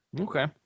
Okay